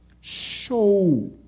Show